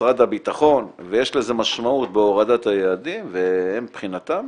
משרד הביטחון ויש לזה משמעות בהורדת היעדים והם מבחינתם,